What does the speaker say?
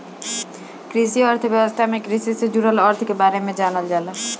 कृषि अर्थशास्त्र में कृषि से जुड़ल अर्थ के बारे में जानल जाला